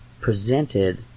presented